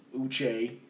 Uche